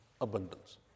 abundance